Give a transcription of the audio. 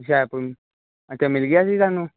ਹੁਸ਼ਿਆਰਪੁਰ ਅੱਛਾ ਮਿਲ ਗਿਆ ਸੀ ਤੁਹਾਨੂੰ